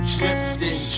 drifting